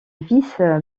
vice